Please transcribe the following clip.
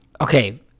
okay